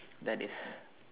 that is